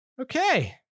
okay